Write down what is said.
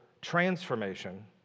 transformation